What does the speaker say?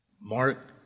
Mark